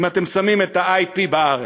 אם אתם שמים את ה-IP בארץ,